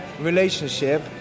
relationship